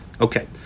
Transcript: Okay